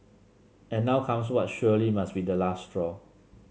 and now comes what surely must be the last straw